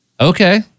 Okay